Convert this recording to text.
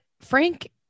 Frank